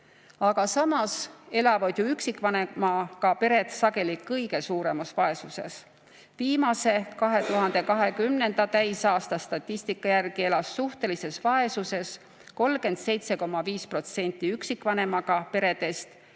Aga samas elavad üksikvanemaga pered sageli kõige suuremas vaesuses. Viimase, 2020. täisaasta statistika järgi elas suhtelises vaesuses 37,5% üksikvanemaga peredest